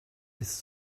ist